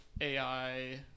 AI